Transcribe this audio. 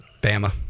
Bama